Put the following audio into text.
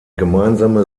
gemeinsame